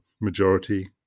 majority